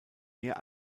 mehr